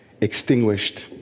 extinguished